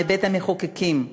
מבית-המחוקקים: